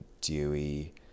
dewy